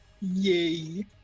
Yay